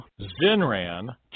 Zinran